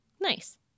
Nice